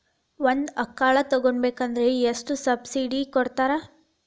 ಒಂದು ಆಕಳ ತಗೋಬೇಕಾದ್ರೆ ಎಷ್ಟು ಸಬ್ಸಿಡಿ ಕೊಡ್ತಾರ್?